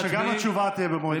שגם התשובה תהיה במועד אחר.